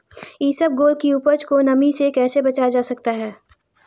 इसबगोल की उपज को नमी से कैसे बचाया जा सकता है?